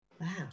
Wow